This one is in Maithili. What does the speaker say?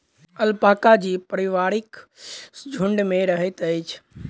अलपाका जीव पारिवारिक झुण्ड में रहैत अछि